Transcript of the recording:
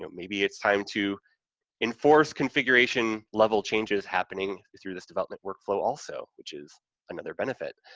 maybe, it's time to enforce configuration-level changes happening through this development work flow also, which is another benefit,